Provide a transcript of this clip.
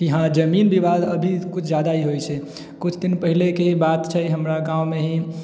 हँ जमीन विवाद अभी किछु जादा ही होइ छै किछु दिन पहिलेके बात छै हमरा गाँवमे ही